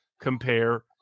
compare